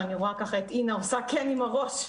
אני רואה ככה את אינה עושה כן עם הראש.